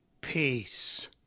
Peace